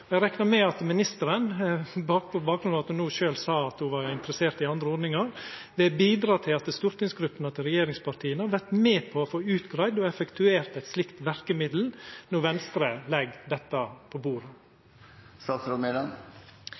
Eg reknar med at ministeren på bakgrunn av at ho no sjølv sa at ho var interessert i andre ordningar, bidreg til at stortingsgruppene til regjeringspartia vert med på å få utgreidd og effektuert eit slikt verkemiddel når Venstre legg dette på